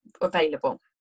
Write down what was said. available